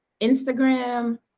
Instagram